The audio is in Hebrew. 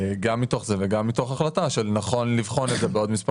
גם מתוך זה וגם מתוך החלטה שנכון לבחון את זה בעוד מספר